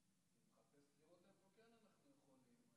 ופשוט לא מעניין אתכם מה קורה למיליון האזרחים שלא